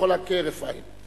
יכולה כהרף עין.